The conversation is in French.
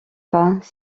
pas